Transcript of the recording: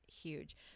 huge